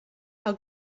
how